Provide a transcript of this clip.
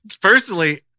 personally